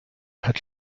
hat